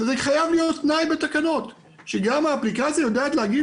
וזה חייב להיות תנאי בתקנות שגם האפליקציה יודעת להגיד